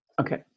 okay